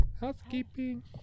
housekeeping